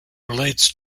relates